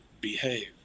behave